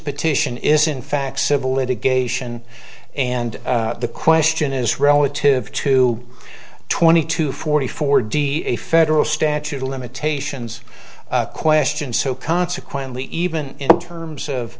petition is in fact civil litigation and the question is relative to twenty to forty four d a federal statute of limitations question so consequently even in terms of